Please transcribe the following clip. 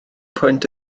pwynt